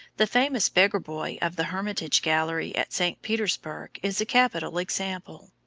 the famous beggar-boy of the hermitage gallery at st. petersburg is a capital example.